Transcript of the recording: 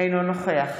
אינו נוכח